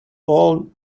all